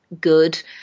good